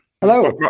Hello